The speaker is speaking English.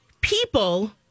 people